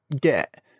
get